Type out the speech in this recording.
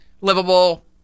livable